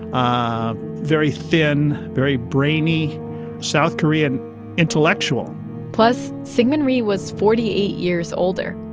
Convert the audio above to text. ah very thin, very brainy south korean intellectual plus, syngman rhee was forty eight years older.